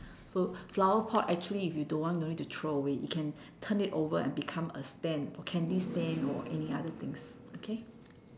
so flower pot actually if you don't want no need to throw away you can turn it over and become a stand a candy stand or any other things okay